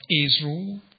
Israel